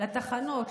לתחנות,